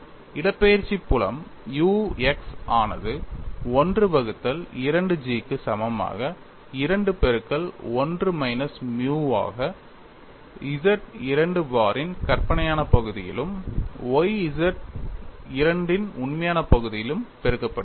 இடப்பெயர்ச்சி புலம் u x ஆனது 1 வகுத்தல் 2G க்கு சமமாக 2 பெருக்கல் 1 மைனஸ் மியுவாக Z II பாரின் கற்பனையான பகுதியிலும் y Z II இன் உண்மையான பகுதியிலும் பெருக்கப்படுகிறது